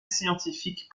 scientifiques